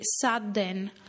sudden